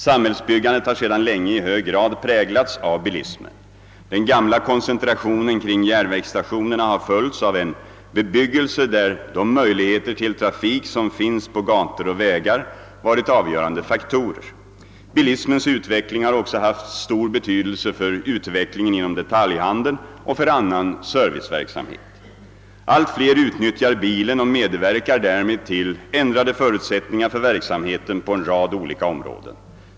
Samhällsbyggandet har sedan länge i hög grad präglats av bilismen. Den gamla koncentrationen kring järnvägsstationerna har följts av en bebyggelse där de möjligheter till trafik som finns på gator och vägar varit avgörande faktorer. Bilismens utveckling har också haft stor betydelse för utvecklingen inom detaljhandeln och för annan serviceverksamhet. Allt fler utnyttjar bilen och medverkar därmed till ändrade förutsättningar för verksamheten på en rad olika områden.